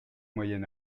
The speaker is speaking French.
moyen